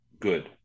good